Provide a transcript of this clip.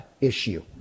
issue